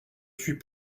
suis